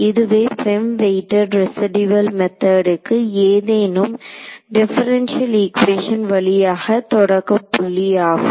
இதுவே FEM weighted residual மெத்தெடுக்கு ஏதேனும் டிஃபரண்டியல் ஈகுவேஷன் வழியாக தொடக்கப்புள்ளி ஆகும்